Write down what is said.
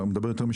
2019 ל-2021.